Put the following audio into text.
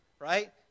right